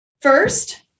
first